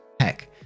heck